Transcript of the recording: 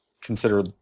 consider